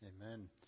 amen